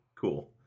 Cool